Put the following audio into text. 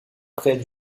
près